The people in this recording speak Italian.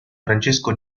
francesco